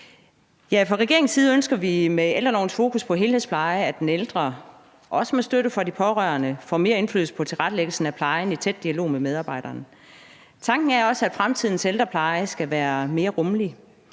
Fra regeringens side ønsker vi med ældrelovens fokus på helhedspleje, at den ældre, også med støtte fra de pårørende, får mere indflydelse på tilrettelæggelsen af plejen i tæt dialog med medarbejderne. Tanken er også, at fremtidens ældrepleje skal være mere rummelig,